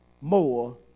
more